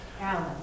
Alan